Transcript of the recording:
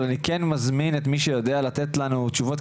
אבל אני כן מזמין את מי שיודע לתת לנו תשובות,